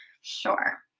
sure